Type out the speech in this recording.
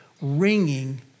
ringing